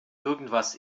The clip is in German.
irgendwas